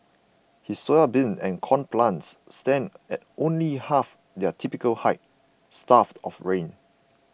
his soybean and corn plants stand at only half their typical height starved of rain